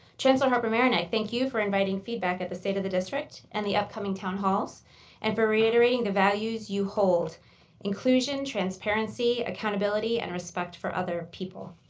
chancellor harper-marinick, thank you for inviting feedback at the state of the district and the upcoming town halls and for reiterating the values you hold inclusion transparency, accountability, and respect for other people.